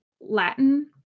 Latin